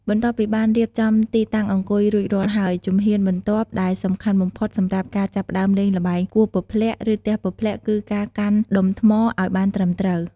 បន្ទាប់ពីបានរៀបចំទីតាំងអង្គុយរួចរាល់ហើយ ជំហានបន្ទាប់ដែលសំខាន់បំផុតសម្រាប់ការចាប់ផ្តើមលេងល្បែង គោះពព្លាក់ ឬ ទះពព្លាក់ គឺការ កាន់ដុំថ្មឲ្យបានត្រឹមត្រូវ។